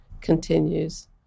continues